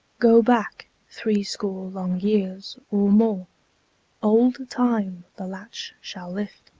go back threescore long years, or more old time the latch shall lift,